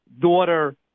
daughter